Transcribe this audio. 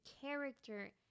character